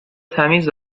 تمیز